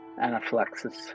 anaphylaxis